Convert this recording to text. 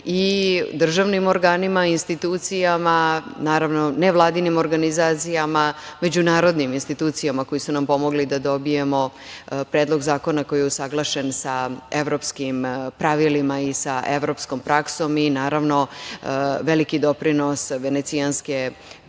i državnim organima i institucijama, naravno, nevladinim organizacijama, međunarodnim institucijama koje su nam pomogle da dobijemo predlog zakona koji je usaglašen sa evropskim pravilima i sa evropskom praksom. Naravno, veliki je doprinos i Venecijanske